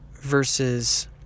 versus